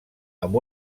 amb